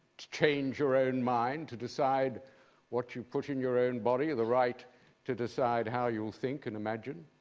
change your own mind, to decide what you put in your own body, the right to decide how you'll think and imagine?